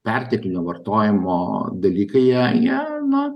perteklinio vartojimo dalykai jie jie na